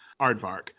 aardvark